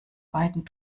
beiden